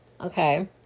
Okay